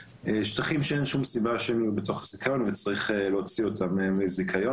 שטחים שאין שום סיבה שהם יהיו בתוך --- ונצטרך להוציא אותם מהזיכיון.